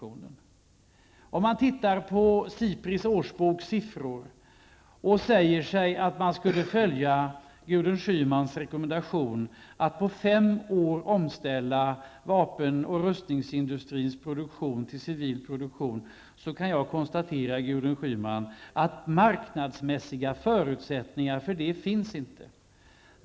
Om man tittar på Sipris årsboks siffror och om man säger sig vilja följa Gudrun Schymans rekommendation att på fem år omställa vapen och rustningsindustrins produktion till civil produktion är det bara att konstatera att, Gudrun Schyman, att det inte finns några marknadsmässiga förutsättningar för detta.